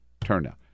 turnout